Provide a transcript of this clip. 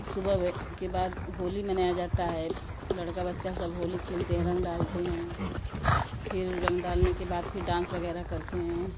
सुबह के बाद होली मनाया जाता है लड़का बच्चा सब होली खेलते हैं रंग डालते हैं फिर रंग डालने के बाद फिर डांस वगैरह करते हैं